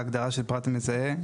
בהגרה של פרט מזהה,